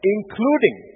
Including